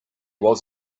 was